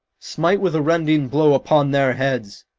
smite with a rending blow upon their heads,